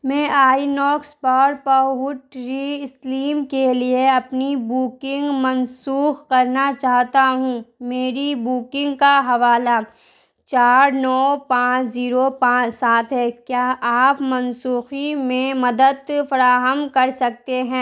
میں INOX پر پہوٹری اسلیم کے لیے اپنی بکنگ منسوخ کرنا چاہتا ہوں میری بکنگ کا حوالہ چار نو پانچ زیرو پانچ سات ہے کیا آپ منسوخی میں مدت فراہم کر سکتے ہیں